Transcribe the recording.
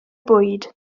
bwyd